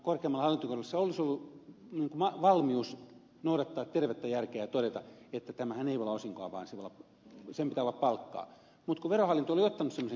oikeastaan korkeimmalla hallinto oikeudella olisi ollut valmius noudattaa tervettä järkeä ja todeta että tämähän ei voi olla osinkoa vaan sen pitää olla palkkaa